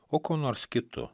o kuo nors kitu